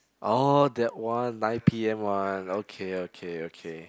orh that one nine p_m one okay okay okay